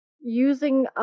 using